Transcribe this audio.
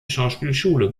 schauspielschule